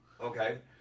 Okay